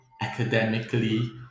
academically